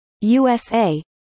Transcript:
USA